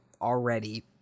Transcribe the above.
already